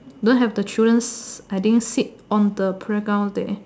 don't have the children I think sit on the playground there